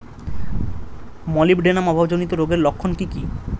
Molybdenum অভাবজনিত রোগের লক্ষণ কি কি?